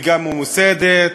וגם ממוסדת.